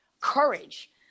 courage